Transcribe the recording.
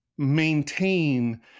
maintain